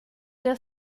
der